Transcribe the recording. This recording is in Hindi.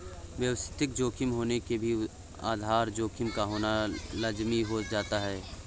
व्यवस्थित जोखिम के होने से भी आधार जोखिम का होना लाज़मी हो जाता है